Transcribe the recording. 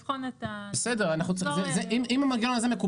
אנחנו רוצים בכל זאת לבחון אם המנגנון הזה מקובל,